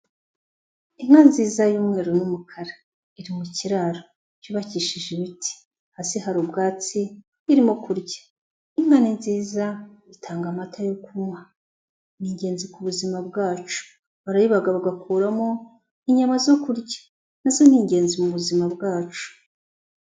Inka nziza y'umweru n'umukara iri mu kiraro cyubakishije ibiti hasi hari ubwatsi irimo kurya, inka ni nziza itanga amata yo kunywa, ni ingenzi ku buzima bwacu, barayibaga bagakuramo inyama zo kurya, nazo ni ingenzi mu buzima bwacu.